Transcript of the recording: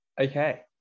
Okay